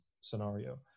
scenario